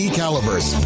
calibers